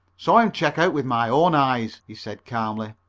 saw him check out with my own eyes, he said calmly.